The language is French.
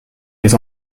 les